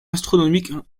astronomique